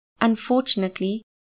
Unfortunately